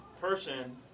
person